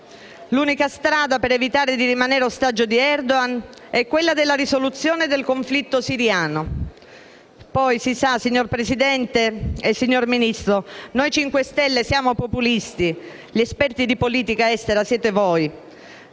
L'unica strada per evitare di rimanere ostaggio di Erdogan è la risoluzione del conflitto siriano. Poi si sa, signor Presidente, signor Ministro, noi 5 Stelle siamo populisti, gli esperti di politica estera siete voi.